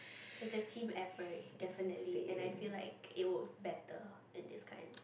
it's a team effort definitely and I feel like it works better in this kind